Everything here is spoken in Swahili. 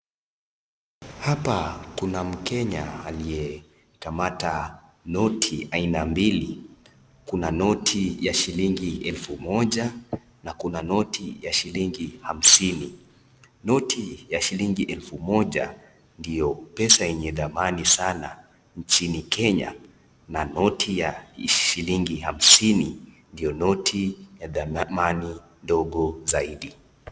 Hapa kuna mkenya amekamata noti aina mbili kuna noti ya shiling elfu moja na kuna noti ya shilingi hamsini noti ya shilingi elfu moja ndio pesa yenye na thamani sana nchini kenya na noti ya shilingi hamsini ndo noti ya thamani ndogo zaidi.